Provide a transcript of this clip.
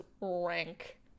rank